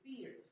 fears